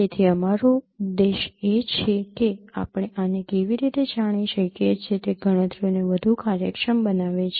તેથી અમારું ઉદ્દેશ એ છે કે આપણે આને કેવી રીતે જાણી શકીએ છીએ તે ગણતરીઓને વધુ કાર્યક્ષમ બનાવે છે